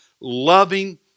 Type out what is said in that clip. loving